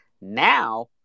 Now